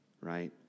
right